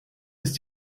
ist